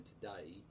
today